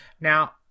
Now